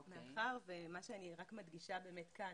אני רק מדגישה כאן